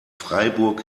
freiburg